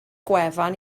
gwefan